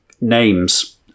names